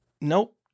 Nope